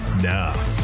Now